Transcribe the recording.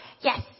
Yes